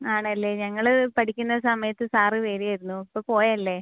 ആണല്ലേ ഞങ്ങൾ പഠിക്കുന്ന സമയത്ത് സാർ വരുമായിരുന്നു ഇപ്പോൾ പോയല്ലേ